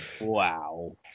Wow